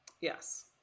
Yes